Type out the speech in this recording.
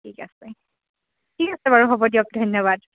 ঠিক আছে ঠিক আছে বাৰু হ'ব দিয়ক ধন্যবাদ